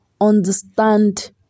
understand